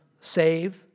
save